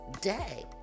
day